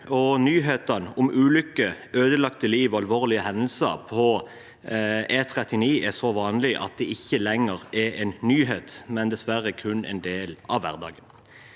Nyheter om ulykker, ødelagte liv og alvorlige hendelser på E39 er så vanlig at det ikke lenger er nyheter, men dessverre kun en del av hverdagen.